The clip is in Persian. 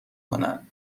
کنن